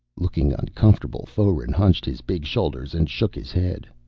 looking uncomfortable, foeren hunched his big shoulders and shook his head.